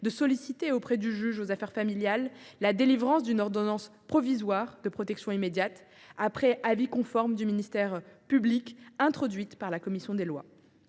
de solliciter auprès du juge aux affaires familiales la délivrance d’une ordonnance provisoire de protection immédiate, après avis conforme du ministère public, possibilité introduite par la commission des lois.